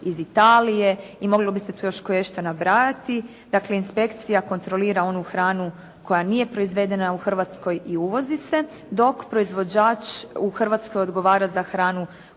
iz Italije i moglo bi se tu još koješta nabrajati. Dakle, inspekcija kontrolira onu hranu koja nije proizvedena u Hrvatskoj i uvozi se, dok proizvođač u Hrvatskoj odgovara za hranu